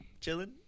chilling